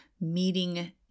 meeting